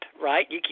right